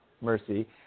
Mercy